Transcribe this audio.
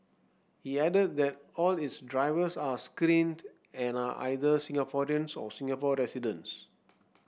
he added that all its drivers are screened and are either Singaporeans or Singapore residents